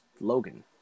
Logan